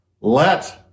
Let